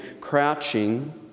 crouching